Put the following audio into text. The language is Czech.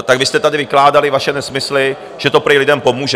Tak vy jste tady vykládali vaše nesmysly, že to prý lidem pomůže.